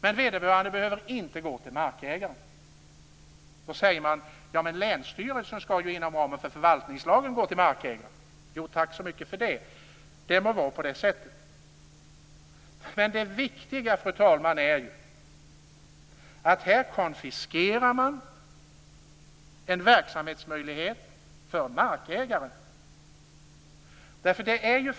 Men vederbörande behöver inte gå till markägaren. Då säger man: Ja, men länsstyrelsen skall ju inom ramen för förvaltningslagen tillfråga markägaren. Jo tack så mycket, det må vara på det sättet, men det viktiga är att man här konfiskerar en verksamhetsmöjlighet för markägaren.